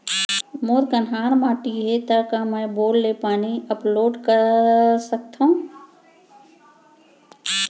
मोर कन्हार माटी हे, त का मैं बोर ले पानी अपलोड सकथव?